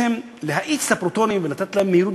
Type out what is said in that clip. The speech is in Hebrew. להאיץ את הפרוטונים ולתת להם מהירות